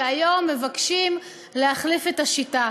והיום אתם מבקשים להחליף את השיטה.